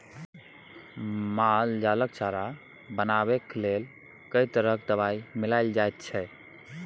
माल जालक चारा बनेबाक लेल कैक तरह दवाई मिलाएल जाइत छै